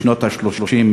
בשנות ה-30,